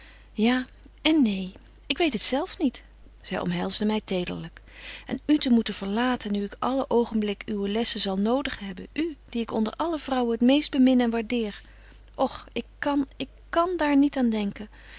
ja en neen ik weet het zelf niet zy omhelsde my tederlyk en u te moeten verlaten nu ik alle oogenblik uwe lessen zal nodig hebben u die ik onder alle vrouwen het meeste bemin en waardeer och ik kan ik kan daar niet aan denken